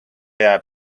jääb